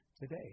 today